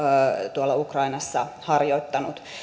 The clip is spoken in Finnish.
ukrainassa harjoittanut